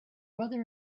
mother